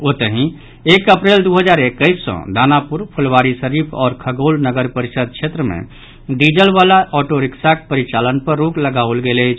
ओतहि एक अप्रैल दू हजार एकैस सॅ दानापुर फुलवारीशरीफ आओर खगौल नगर परिषद् क्षेत्र मे डीजल वला ऑटोरिक्शाक परिचालन पर रोक लगाओल गेल अछि